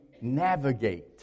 navigate